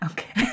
Okay